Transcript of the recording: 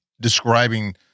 describing